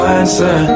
answer